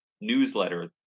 newsletter